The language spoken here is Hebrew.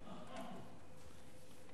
--- בערבית.